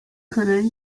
可能